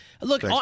Look